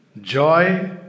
joy